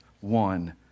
one